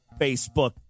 Facebook